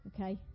okay